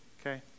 Okay